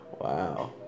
Wow